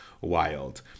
wild